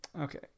okay